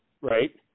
right